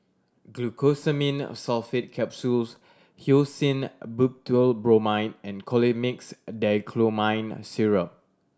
Glucosamine Sulfate Capsules Hyoscine Butylbromide and Colimix Dicyclomine Syrup